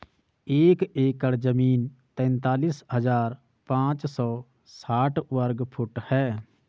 एक एकड़ जमीन तैंतालीस हजार पांच सौ साठ वर्ग फुट है